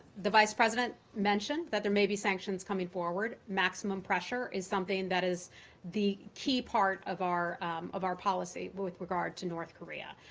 the vice president mentioned that there may be sanctions coming forward. maximum pressure is something that is the key part of our of our policy but with regard to north korea.